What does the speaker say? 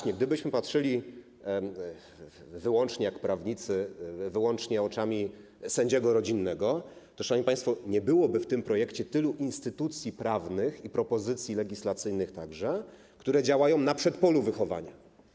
I gdybyśmy patrzyli wyłącznie tak jak prawnicy, wyłącznie oczami sędziego rodzinnego, to, szanowni państwo, nie byłoby w tym projekcie tylu instytucji prawnych i propozycji legislacyjnych, które działają na przedpolu wychowania.